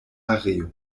areo